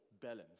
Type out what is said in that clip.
balance